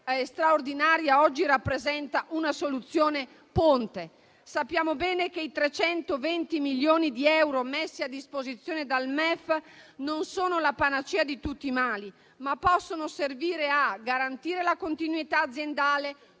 straordinaria oggi rappresenta una soluzione ponte. Sappiamo bene che i 320 milioni di euro messi a disposizione dal MEF non sono la panacea di tutti i mali, ma possono servire a garantire la continuità aziendale,